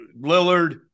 Lillard